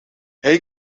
hij